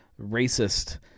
racist